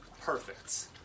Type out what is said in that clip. perfect